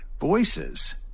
Voices